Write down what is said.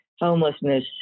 homelessness